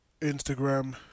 instagram